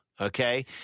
okay